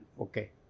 okay